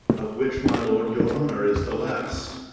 of which, my lord, your honor is the last